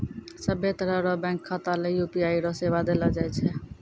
सभ्भे तरह रो बैंक खाता ले यू.पी.आई रो सेवा देलो जाय छै